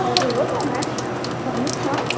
हजुर हो त म्याम भन्नुहोस् न